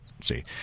see